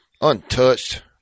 untouched